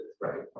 right